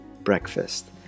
Breakfast